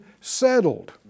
settled